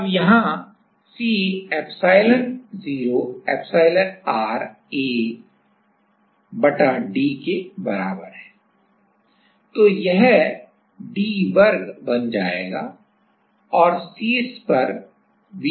अब यहां C epsilon0 Epsilonr A बटा d के बराबर है है तो यह d वर्ग बन जाएगा और शीर्ष पर V वर्ग